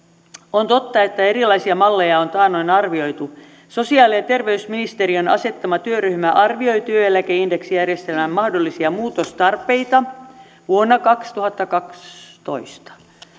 on totta että erilaisia malleja on taannoin arvioitu sosiaali ja terveysministeriön asettama työryhmä arvioi työeläkeindeksijärjestelmän mahdollisia muutostarpeita vuonna kaksituhattakaksitoista